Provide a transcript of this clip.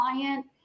client